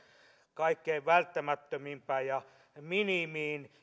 kaikkein välttämättömimpään ja minimiin